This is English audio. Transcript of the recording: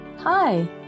Hi